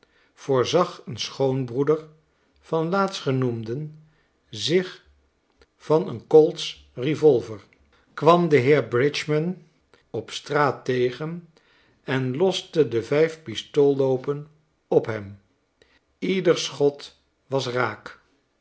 voorzag een schoonbroeder vanlaatstgenoemden zich van een colts revolver kwam den heer b op straat tegen en lost e de vijfpistoolloopen op hem ieder schot was raak